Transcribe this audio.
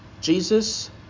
Jesus